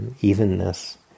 evenness